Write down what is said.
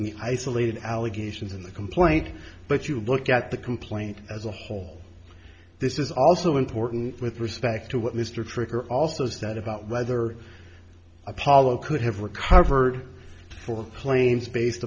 on the isolated allegations in the complaint but you look at the complaint as a whole this is also important with respect to what mr trigger also said about whether apollo could have recovered or claims based